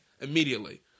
immediately